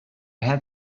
had